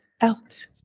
out